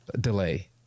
delay